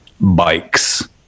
bikes